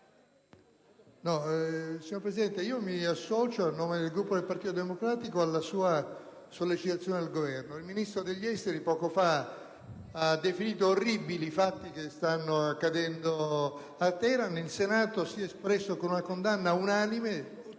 Signora Presidente, mi associo, a nome del Gruppo del Partito Democratico, alla sua sollecitazione al Governo. Il Ministro degli affari esteri, poco fa, ha definito orribili i fatti che stanno accadendo a Teheran. Il Senato si è espresso con una condanna unanime,